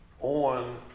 on